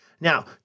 Now